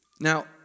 Now